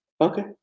Okay